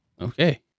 Okay